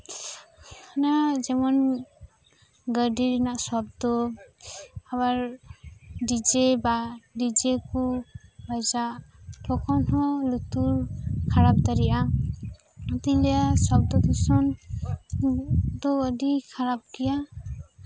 ᱚᱱᱟ ᱡᱮᱢᱚᱱ ᱜᱟᱹᱰᱤ ᱨᱮᱱᱟᱜ ᱥᱚᱵᱫᱚ ᱟᱵᱟᱨ ᱰᱤᱡᱮ ᱵᱟ ᱰᱤᱡᱮ ᱠᱩ ᱵᱟᱡᱟᱜ ᱛᱚᱠᱷᱚᱱ ᱦᱚᱸ ᱞᱩᱛᱩᱨ ᱠᱷᱟᱨᱟᱯ ᱫᱟᱲᱮᱭᱟᱜᱼᱟ ᱚᱱᱟᱛᱤᱧ ᱞᱟᱹᱭᱟ ᱥᱚᱵᱫᱚ ᱫᱩᱥᱚᱱ ᱫᱚ ᱟᱹᱰᱤ ᱠᱷᱟᱨᱟᱯ ᱜᱮᱭᱟ